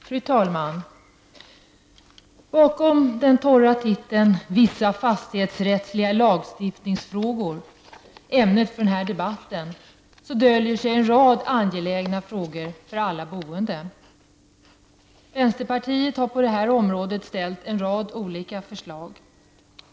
Fru talman! Bakom den torra titeln ''Vissa fastighetsrättsliga lagstiftningsfrågor'' -- ämnet för den här debatten -- döljer sig en rad angelägna frågor för alla boende. Vänsterpartiet har på detta område ställt en rad olika förslag.